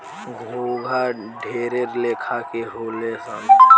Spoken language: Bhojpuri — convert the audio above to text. घोंघा ढेरे लेखा के होले सन